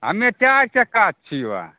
हमे चारि चक्का सऽ छियौ